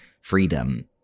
freedom